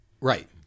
Right